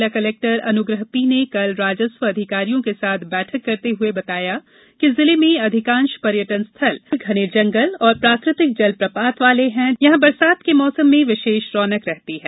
जिला collector Anugrah P ने कल राजस्व अधिकारियों के साथ बैठक करते हुए बताया कि जिले में अधिकांश पर्यटन स्थल घने जंगल और प्राकृतिक जल प्रपात वाले हैं जहा बरसात के मौसम में विशेष रौनक रहती है